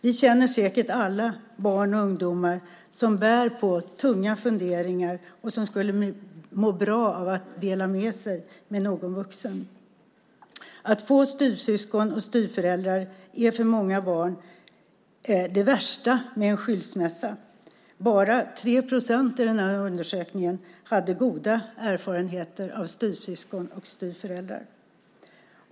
Alla känner vi säkert barn och ungdomar som bär på tunga funderingar som de skulle må bra av att få dela med sig av med en vuxen. Att få styvsyskon och styvföräldrar är för många barn det värsta med en skilsmässa. Bara 3 procent av barnen i nämnda undersökning hade goda erfarenheter av styvsyskon och styvföräldrar.